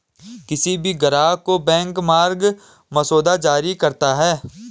किसी भी ग्राहक को बैंक मांग मसौदा जारी करता है